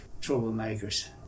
troublemakers